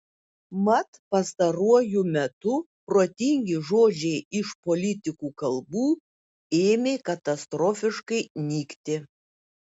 mat pastaruoju metu protingi žodžiai iš politikų kalbų ėmė katastrofiškai nykti